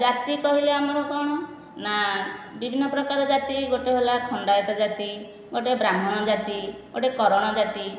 ଜାତି କହିଲେ ଆମର କ'ଣ ନା ବିଭିନ୍ନ ପ୍ରକାର ଜାତି ଗୋଟିଏ ହେଲା ଖଣ୍ଡାୟତ ଜାତି ଗୋଟିଏ ବ୍ରାହ୍ମଣ ଜାତି ଗୋଟିଏ କରଣ ଜାତି